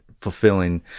fulfilling